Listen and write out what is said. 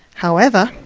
however.